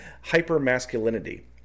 hyper-masculinity